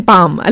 Palm